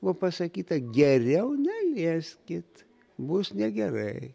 buvo pasakyta geriau nelieskit bus negerai